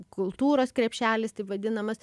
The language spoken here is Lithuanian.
kultūros krepšelis taip vadinamas